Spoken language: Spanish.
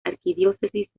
arquidiócesis